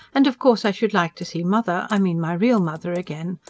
and of course i should like to see mother i mean my real mother again.